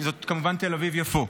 שזאת כמובן תל אביב יפו.